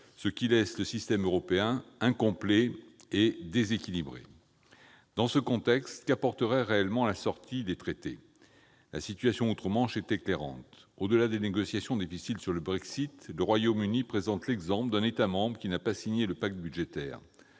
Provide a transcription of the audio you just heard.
ce qui laisse le système européen incomplet et déséquilibré. Dans ce contexte, qu'apporterait réellement une sortie des traités ? La situation outre-Manche est éclairante à cet égard. Au-delà des négociations difficiles sur le Brexit, le Royaume-Uni offre l'exemple d'un État membre qui n'a pas signé le Pacte budgétaire